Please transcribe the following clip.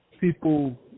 people